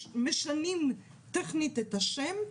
משנים טכנית את השם,